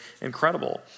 incredible